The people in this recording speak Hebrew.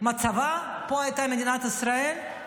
מצבה "פה הייתה מדינת ישראל"?